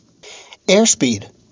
Airspeed